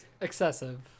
excessive